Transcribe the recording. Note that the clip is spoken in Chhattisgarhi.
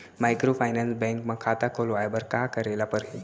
माइक्रोफाइनेंस बैंक म खाता खोलवाय बर का करे ल परही?